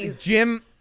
jim